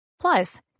Plus